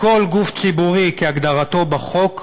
כל גוף ציבורי כהגדרתו בחוק,